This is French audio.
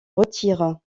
retire